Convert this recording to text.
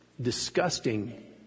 disgusting